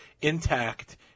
intact